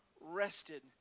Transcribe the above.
rested